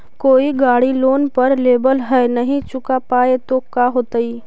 कोई गाड़ी लोन पर लेबल है नही चुका पाए तो का होतई?